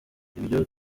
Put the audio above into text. ibyo